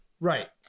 Right